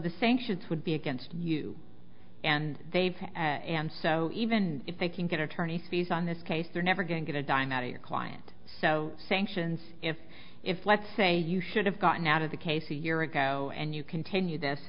the sanctions would be against you and they've and so even if they can get attorney fees on this case they're never going to get a dime out of your client so sanctions if if let's say you should have gotten out of the case a year ago and you continue this